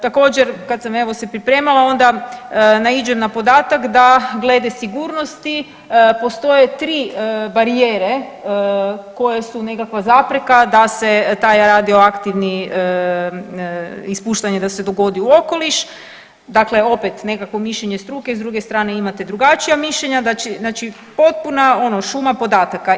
Također kada sam se pripremala onda naiđem na podatak da glede sigurnosti postoje tri barijere koje su nekakva zapreka da se taj radioaktivni ispuštanje da se dogodi u okoliš, dakle opet nekakvo mišljenje struke i s druge strane imate drugačija mišljenja znači potpuna šuma podataka.